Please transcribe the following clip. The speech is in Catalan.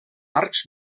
arcs